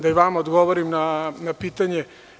Da i vama odgovorim na pitanje.